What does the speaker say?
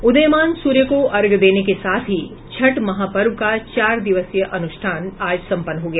उदीयमान सूर्य को अर्घ्य देने के साथ ही छठ महापर्व का चार दिवसीय अनुष्ठान आज संपन्न हो गया